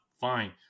fine